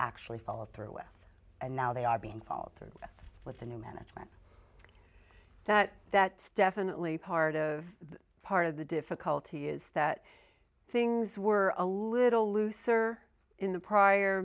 actually follow through with it and now they are being followed through with the new management that that's definitely part of part of the difficulty is that things were a little looser in the prior